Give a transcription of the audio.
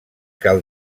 cal